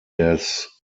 des